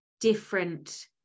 different